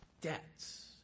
debts